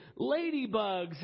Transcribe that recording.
ladybugs